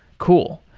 cool.